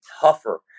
tougher